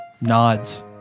nods